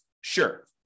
Sure